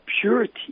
purity